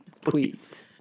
Please